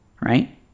right